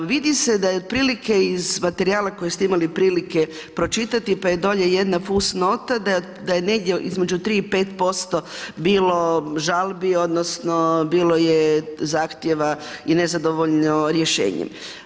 Vidi se otprilike iz materijala koji ste imali prilike pročitati pa je dolje jedna fus nota da je negdje između 3 i 5% bilo žalbi odnosno bilo je zahtjeva i nezadovoljno rješenjem.